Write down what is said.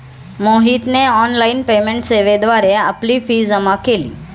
मोहितने online payment सेवेद्वारे आपली फी जमा केली